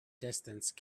distance